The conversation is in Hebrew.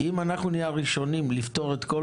כי אם אנחנו נהיה הראשונים לפתור את כל